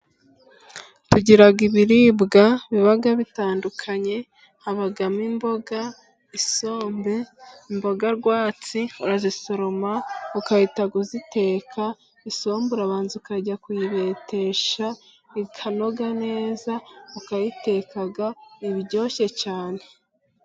Tugira ibiribwa biba bitandukanye habamo: imboga, isombe, imboga rwatsi urazisoroma ukahita uziteka, isombu urabanza ukajya kuyibetesha bikanoga neza ukayiteka ibiryoshye cyane.